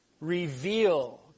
reveal